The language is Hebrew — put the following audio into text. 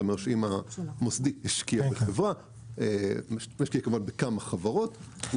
זה אומר שאם המוסדי השקיע בכמה חברות,